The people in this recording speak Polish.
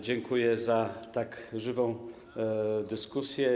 Dziękuję za tak żywą dyskusję.